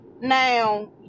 Now